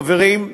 חברים,